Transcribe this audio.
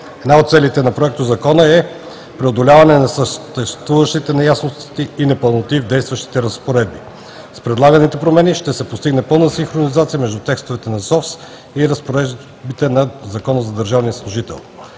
Една от целите на Законопроекта е преодоляване на съществуващите неясноти и непълноти в действащите разпоредби. С предлаганите промени ще се постигне пълна синхронизация между текстовете на ЗОВСРБ и разпоредбите на Закона за държавния служител.